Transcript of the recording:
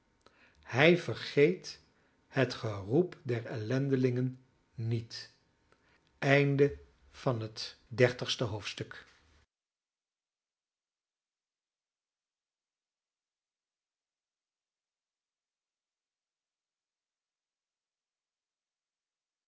hij vergeet het geroep der ellendigen niet een en dertigste hoofdstuk